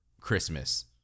Christmas